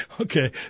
Okay